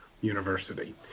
University